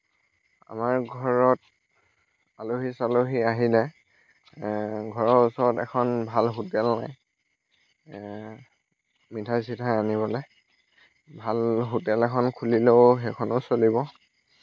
আমাৰ ঘৰত আলহী চালহী আহিলে ঘৰৰ ওচৰত এখন ভাল হোটেল নাই মিঠাই চিঠাই আনিবলৈ ভাল হোটেল এখন খুলিলেও সেইখনো চলিব